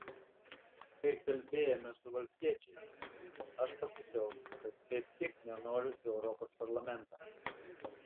kai kalbėjome su valstiečiais aš pasakiau kad kaip tik nenoriu į europos parlamentą